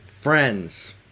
friends